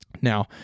Now